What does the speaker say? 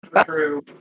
True